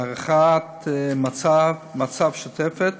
הערכת מצב שוטפת